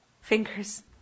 fingers